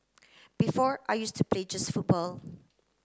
before I used to play just football